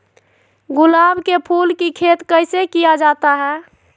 गुलाब के फूल की खेत कैसे किया जाता है?